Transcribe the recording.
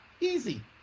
Easy